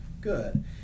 Good